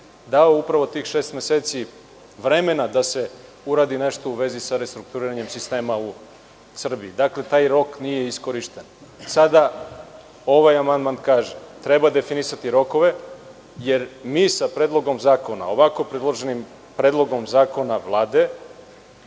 dao upravo tih šest meseci vremena da se uradi nešto u vezi sa restrukturiranjem sistema u Srbiji. Dakle, taj rok nije iskorišćen. Sada ovaj amandman kaže – treba definisati rokove, jer mi sa ovako predloženim predlogom zakona Vlade